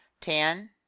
Ten